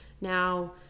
Now